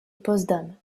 potsdam